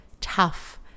tough